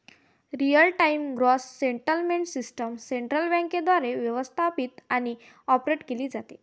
real time gross settlement system central बँकेद्वारे व्यवस्थापित आणि ऑपरेट केली जाते